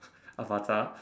Safadi